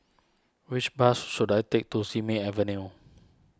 which bus should I take to Simei Avenue